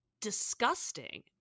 disgusting